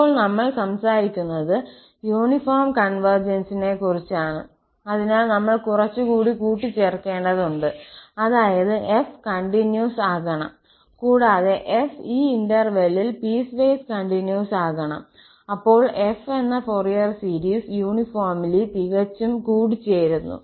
ഇപ്പോൾ നമ്മൾ സംസാരിക്കുന്നത് യൂണിഫോം കോൺവെർജൻസിനെകുറിച്ചാണ് അതിനാൽ നമ്മൾ കുറച്ചുകൂടി കൂട്ടിച്ചേർക്കേണ്ടതുണ്ട് അതായത് 𝑓 കണ്ടിന്യൂസ് ആകണം കൂടാതെ 𝑓′ ഈ ഇന്റെർവല്ലിൽ പീസ്വേസ് കണ്ടിന്യൂസ് ആകണം അപ്പോൾ f എന്ന ഫൊറിയർ സീരീസ് യൂണിഫോംലി തികച്ചും കൂടിച്ചേരുന്നു